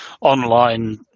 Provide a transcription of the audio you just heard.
Online